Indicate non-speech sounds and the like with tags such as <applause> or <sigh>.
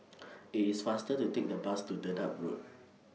<noise> IT IS faster to Take The Bus to Dedap Road